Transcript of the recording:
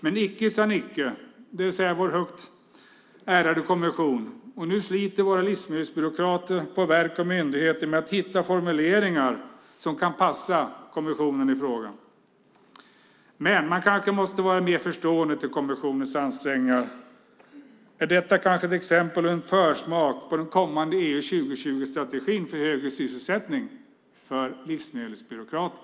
Men icke sa Nicke, det vill säga vår högt ärade kommission, och nu sliter våra livsmedelsbyråkrater på verk och myndigheter med att hitta formuleringar som kan passera kommissionen. Men man kanske måste vara mer förstående till kommissionens ansträngningar: Är detta kanske en försmak av den kommande EU 2020-strategin för högre sysselsättning - för livsmedelsbyråkrater?